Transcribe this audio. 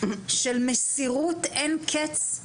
של מסירות אין קץ,